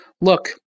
look